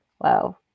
Wow